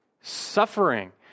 suffering